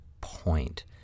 point